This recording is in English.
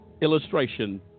illustration